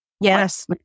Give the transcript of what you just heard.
Yes